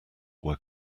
were